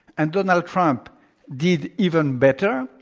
and donald trump did even better.